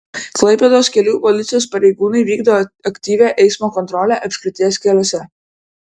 klaipėdos kelių policijos pareigūnai vykdo aktyvią eismo kontrolę apskrities keliuose